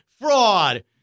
fraud